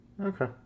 Okay